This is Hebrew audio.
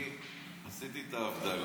אני עשיתי את ההבדלה